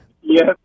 yes